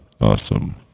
Awesome